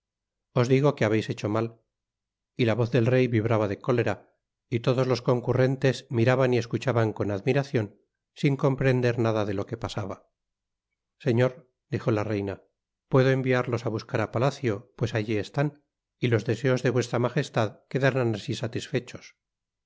os digo que habeis hecho mal y la voz del rey vibraba de cólera y todos los concurrentes miraban y escuchaban con admiracion sin comprender nada de lo que pasaba señor dijo lafreina puedo enviarlos á buscar á palacio pues allí están y los deseos dejvuestra majestad quedarán así satisfechos